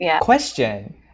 question